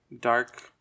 Dark